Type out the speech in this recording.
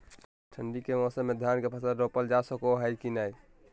ठंडी के मौसम में धान के फसल रोपल जा सको है कि नय?